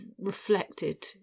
reflected